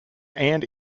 and